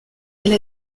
elle